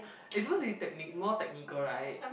it's supposed to be technique more technical right